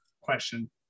question